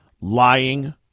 lying